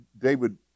David